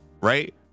right